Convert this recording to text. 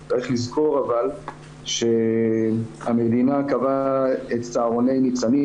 אבל צריך לזכור שהמדינה קבעה את צהרוני ניצנים